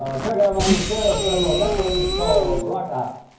ah check out my new stand-up special on netflix. it's called barack the house